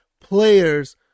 players